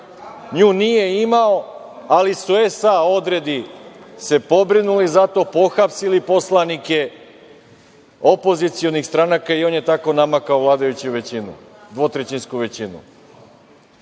Nju nije imao, ali su SA odredi se pobrinuli za to, pohapsili poslanike opozicionih stranaka i on je tako namakao vladajuću većinu, dvotrećinsku većinu. Šta